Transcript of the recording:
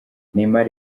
neymar